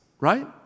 right